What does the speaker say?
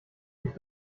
mich